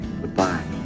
Goodbye